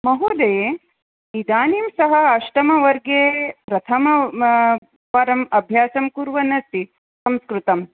महोदये इदानीं सः अष्टमवर्गे प्रथम परम् अभ्यासम् कुर्वन् अस्ति संस्कृतं